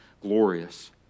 glorious